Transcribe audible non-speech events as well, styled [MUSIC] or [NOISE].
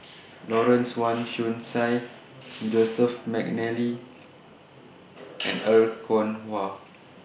Lawrence Wong Shyun Tsai [NOISE] Joseph Mcnally and Er Kwong Wah